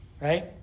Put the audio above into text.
right